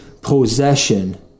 possession